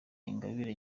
ingabire